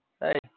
hey